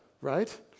right